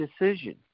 decision